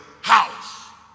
house